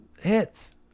hits